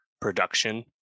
production